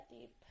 deep